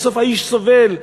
ובסוף האיש סובל,